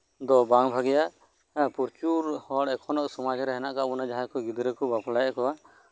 ᱫᱚ ᱵᱟᱝ ᱵᱷᱟᱹᱜᱮᱹᱭᱟ ᱯᱨᱚᱪᱩᱨ ᱦᱚᱲ ᱥᱚᱢᱟᱡᱽ ᱨᱮ ᱢᱮᱱᱟᱜ ᱟᱠᱟᱫ ᱵᱚᱱᱟ ᱡᱟᱦᱟᱸᱭ ᱠᱚ ᱜᱤᱫᱽᱨᱟᱹ ᱠᱚ ᱵᱟᱯᱞᱟᱭᱮᱫ ᱠᱚᱣᱟ